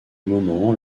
moments